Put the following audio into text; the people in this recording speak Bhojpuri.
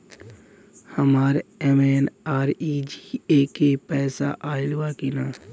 हमार एम.एन.आर.ई.जी.ए के पैसा आइल बा कि ना?